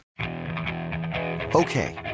Okay